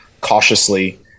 cautiously